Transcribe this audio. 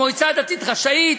המועצה הדתית רשאית,